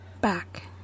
back